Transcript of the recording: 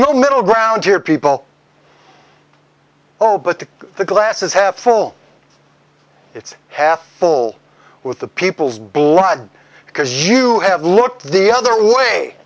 no middle ground here people all but the the glass is half full it's half full with the people's blood because you have looked the other way